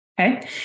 Okay